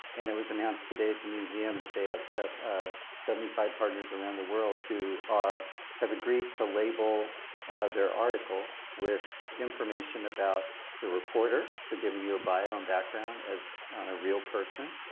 and it was announced today at the museum that they have so ah seventy five partners around the world who have agreed to label their articles with information about the reporter. so giving you a bio on background as on a real person.